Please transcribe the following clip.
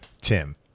Tim